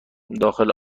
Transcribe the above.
داخل